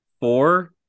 Four